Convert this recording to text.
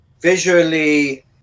visually